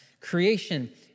Creation